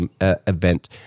event